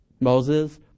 Moses